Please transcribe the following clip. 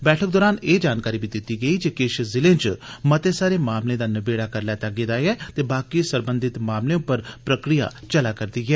बैठक दौरान एह जानकारी बी दिती गेई जे किश जिलें च मते सारे मामलें दा नबेड़ा करी लैता गेया ऐ ते बाकी सरबंधित मामलें उप्पर प्रक्रिया चला रदी ऐ